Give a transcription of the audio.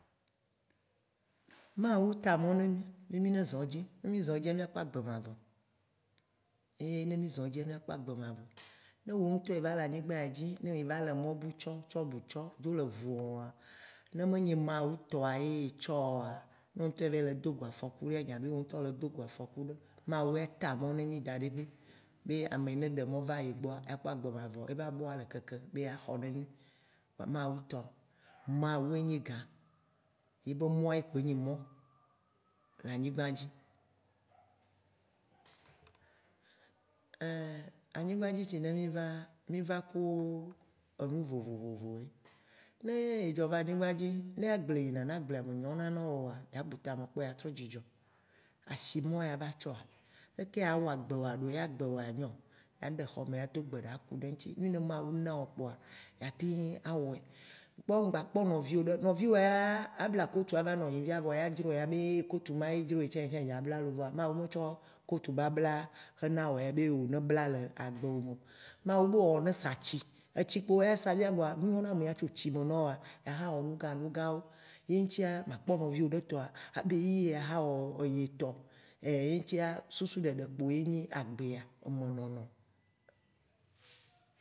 Mawu ta mɔ̃ nɛ mí be mí zɔ̃ edzi. Ne mí zɔ̃ edzia mía kpɔ agbe mavɔ. Ye ne mí zɔ̃ edzia mía kpɔ agbe mavɔ. Ne wo ŋtɔ e va le anyigba ya dzi ye mí va le mɔ̃ bu tsɔ, tsɔ bu tsɔ dzo le vɔa, ne me nyi mawu tɔa ye etsɔa ne eŋtɔ e va le dogo afɔku ɖe ya be eva le dogo le afɔkuɖe, mawu ya ta mɔ̃ na mí daɖe be ame ne eɖe mɔ̃ va ye gbɔa ya kpɔ agbe mavɔ. E be abɔa le keke be ya xɔ ne mí. Mawu tɔ, mawu enyi gã, ye be mɔ̃ ko enyi mɔ̃ le anyigba dzi. Anyingba dzi tsi ɖe mí va, mí va ku enu vovovoe. Ne edzo va Anyingba dzi ne agle yi na ná agblea nyɔ na na woa, ya bu tame kpɔ, ya trɔ dzidzɔ. Asi nua ya va tsɔa, leke ya wɔ agbe woa ɖoye agbe woa nyo? Ya ɖe xɔme ya do gbeɖa kuɖe ŋtsi. Ŋne mawu nao kpoa ya teŋ a wɔe. Kpɔ, ŋgba kpɔ nɔvi o ɖe. Nɔvio ya able akɔ tsu ɖe a va nɔ vɔa edzrɔ ya be ŋkotsu ma ye dzroe etsã edza bla lo vɔa mawu no tsɔ kotu blabla ena wo ya be ne bla le agbe wo me. Mawu be wɔwɔ ne satsi, etsi kpo oya sa fia kpoa be ŋonne amea tso tsi nu naoa, ya hã ewɔ ŋka ŋgã wo. Ye ŋtsia ma kpɔ nɔvio bentɔa, be yi ya ha wɔ yetɔ ye ŋtsia susu ɖeɖe kpo ye nyi agbea me nɔnɔ.